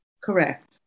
Correct